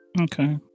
Okay